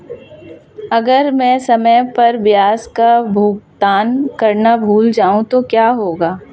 अगर मैं समय पर ब्याज का भुगतान करना भूल जाऊं तो क्या होगा?